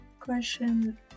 question